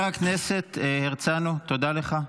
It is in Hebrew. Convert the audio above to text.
חבר הכנסת הרצנו, תודה לך.